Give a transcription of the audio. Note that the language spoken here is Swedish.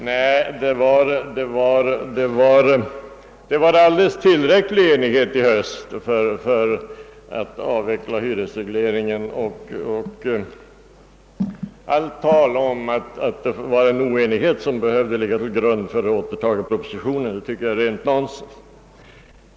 Nej, det rådde fullt tillräcklig enighet i höstas för hyresregleringens avveckling, och allt tal om att oenighet låg till grund för återtagandet av propositionen tycker jag är rent nonsens.